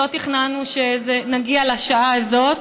לא תכננו שנגיע לשעה הזאת,